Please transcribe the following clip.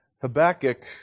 Habakkuk